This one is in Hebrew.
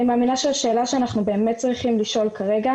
אני מאמינה שהשאלה שאנחנו באמת צריכים לשאול כרגע